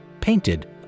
painted